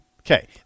Okay